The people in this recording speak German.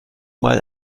mal